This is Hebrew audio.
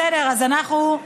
בסדר, אז אנחנו,